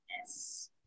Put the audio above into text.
Yes